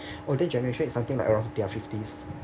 older generation is something like around they're fifty